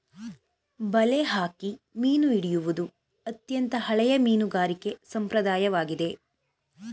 ಬಲೆ ಹಾಕಿ ಮೀನು ಹಿಡಿಯುವುದು ಅತ್ಯಂತ ಹಳೆಯ ಮೀನುಗಾರಿಕೆ ಸಂಪ್ರದಾಯವಾಗಿದೆ